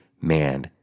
man